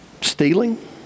stealing